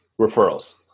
referrals